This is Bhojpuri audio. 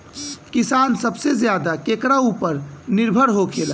किसान सबसे ज्यादा केकरा ऊपर निर्भर होखेला?